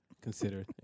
consider